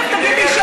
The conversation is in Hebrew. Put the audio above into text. יודעת את זה?